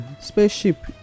Spaceship